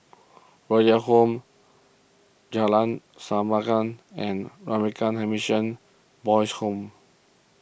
Royal Home Jalan and Ramakrishna Mission Boys' Home